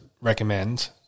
recommend